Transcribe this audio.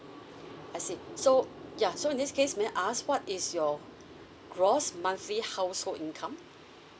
I see so yeah so in this case may I ask what is your gross monthly household income